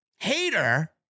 Hater